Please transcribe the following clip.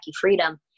Freedom